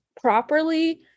properly